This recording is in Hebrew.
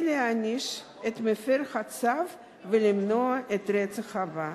להעניש את מפר הצו ולמנוע את הרצח הבא.